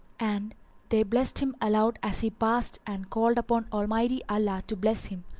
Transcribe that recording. and they blessed him aloud as he passed and called upon almighty allah to bless him.